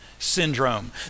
Syndrome